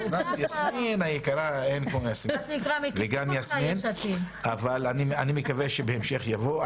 גם יסמין, אני מקווה שבהמשך יבואו.